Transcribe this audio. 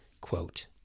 quote